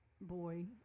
boy